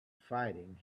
fighting